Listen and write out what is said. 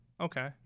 Okay